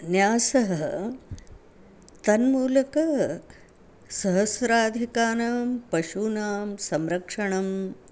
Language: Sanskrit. न्यासः तन्मूलकं सहस्राधिकानां पशूनां संरक्षणं